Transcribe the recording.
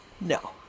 No